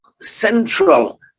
central